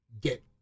get